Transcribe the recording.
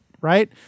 right